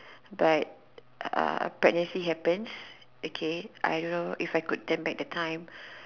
but uh pregnancy happens okay I know if I could turn back the time